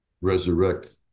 resurrect